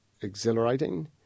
exhilarating